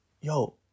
yo